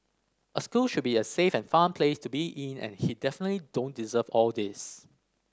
a school should be a safe and fun place to be in and he definitely don't deserve all these